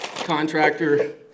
contractor